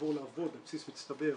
לעבור לעבוד על בסיס מצטבר,